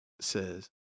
says